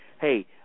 hey